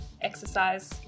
exercise